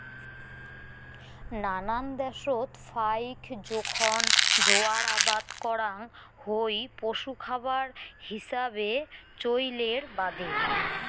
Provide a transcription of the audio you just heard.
নানান দ্যাশত ফাইক জোখন জোয়ার আবাদ করাং হই পশু খাবার হিছাবে চইলের বাদে